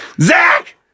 Zach